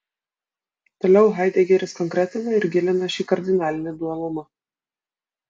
toliau haidegeris konkretina ir gilina šį kardinalinį dualumą